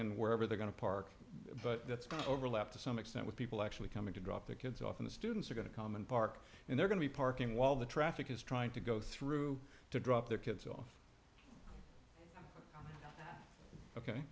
in wherever they're going to park but that's going to overlap to some extent with people actually coming to drop their kids off in the students are going to come and park and they're going to be parking while the traffic is trying to go through to drop their kids off ok